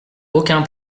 aucun